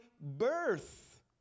birth